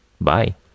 Bye